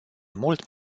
mult